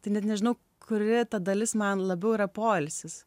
tai net nežinau kuri ta dalis man labiau yra poilsis